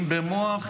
אם במוח,